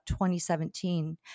2017